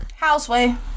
Houseway